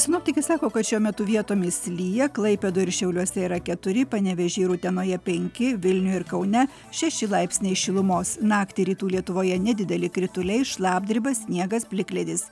sinoptikai sako kad šiuo metu vietomis lyja klaipėdoj ir šiauliuose yra keturi panevėžy ir utenoje penki vilniuje ir kaune šeši laipsniai šilumos naktį rytų lietuvoje nedideli krituliai šlapdriba sniegas plikledis